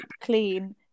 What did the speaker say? clean